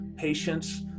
patients